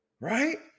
right